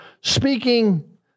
speaking